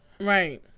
Right